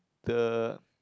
the